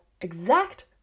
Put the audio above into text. exact